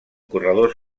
corredors